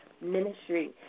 Ministry